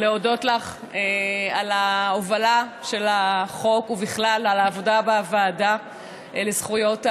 להודות לך על ההובלה של החוק ובכלל על העבודה בוועדה לזכויות הילד.